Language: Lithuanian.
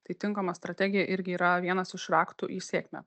tai tinkama strategija irgi yra vienas iš raktų į sėkmę